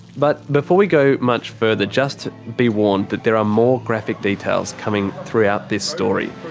but before we go much further, just be warned that there are more graphic details coming throughout this story,